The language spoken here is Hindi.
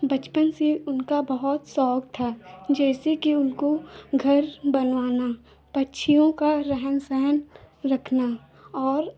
बचपन से उनका बहुत शौक था जैसे कि उनको घर बनाना पक्षियों का रहन सहन रखना और